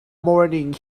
morning